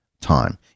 time